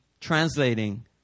translating